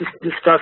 discuss